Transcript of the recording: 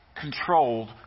controlled